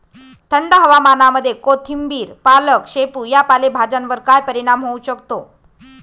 थंड हवामानामध्ये कोथिंबिर, पालक, शेपू या पालेभाज्यांवर काय परिणाम होऊ शकतो?